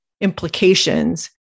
implications